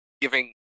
giving